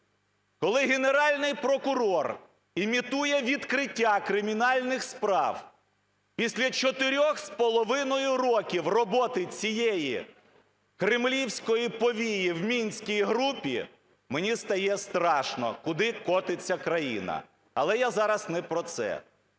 коли Генеральний прокурор імітує відкриття кримінальних справ після 4,5 років роботи цієї "кремлівської повії" в мінській групі, мені стає страшно – куди котиться країна. Але я зараз не про це.